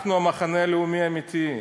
אנחנו המחנה הלאומי האמיתי,